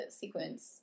sequence